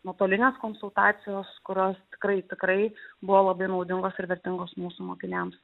nuotolinės konsultacijos kurios tikrai tikrai buvo labai naudingos ir vertingos mūsų mokiniams